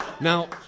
Now